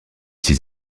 six